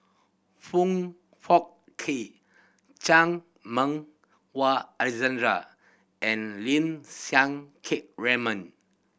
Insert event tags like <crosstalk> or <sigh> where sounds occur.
Foong Fook Kay Chan Meng Wah <unintelligible> and Lim Siang Keat Raymond